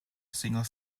single